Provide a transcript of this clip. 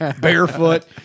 barefoot